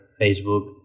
Facebook